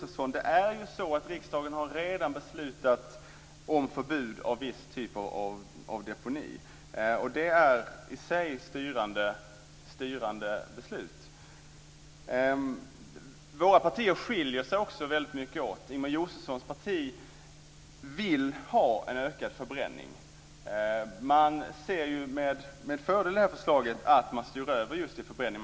Fru talman! Riksdagen har redan beslutat om förbud för viss typ av deponi. Det är i sig styrande beslut. Våra partier skiljer sig väldigt mycket åt. Ingemar Josefssons parti vill ha en ökad förbränning. Man ser med fördel förslaget att styra över till förbränning.